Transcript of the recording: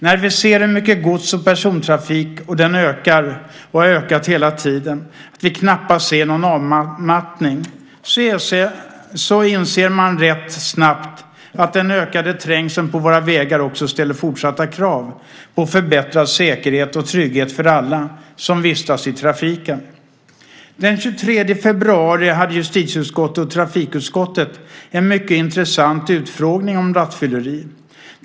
När vi ser hur mycket gods och persontrafiken ökar och att vi knappast ser någon avmattning inser man rätt snabbt att den ökade trängseln på våra vägar ställer fortsatta krav på förbättrad säkerhet och trygghet för alla som vistas i trafiken. Den 23 februari hade justitieutskottet och trafikutskottet en mycket intressant utfrågning om rattfylleri.